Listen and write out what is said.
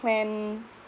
plan